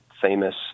famous